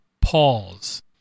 Pause